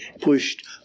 pushed